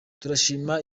turashima